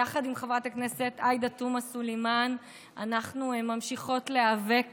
יחד עם חברת הכנסת עאידה תומה סלימאן אנחנו ממשיכות להיאבק